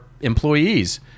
employees